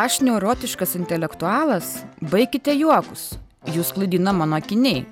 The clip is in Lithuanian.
aš neurotiškas intelektualas baikite juokus jus klaidina mano akiniai